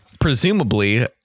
Presumably